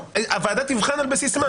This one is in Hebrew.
הוועדה תבחן על בסיס מה?